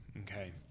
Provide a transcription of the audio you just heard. Okay